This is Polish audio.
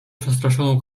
przestraszoną